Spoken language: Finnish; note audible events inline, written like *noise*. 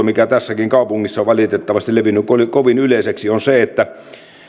*unintelligible* mikä tässäkin kaupungissa on valitettavasti levinnyt kovin yleiseksi eli että